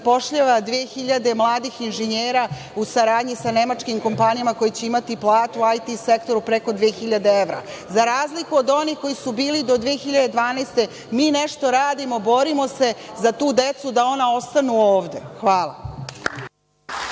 zapošljava 2.000 mladih inženjera u saradnji sa nemačkim kompanijama koje će imati platu u IT sektoru preko 2.000 evra, za razliku od onih koji su bili do 2012. godine, mi nešto radimo, borimo se za tu decu da ona ostanu ovde. Hvala.